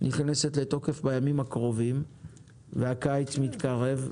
נכנסת לתוקף בימים הקרובים והקיץ מתקרב,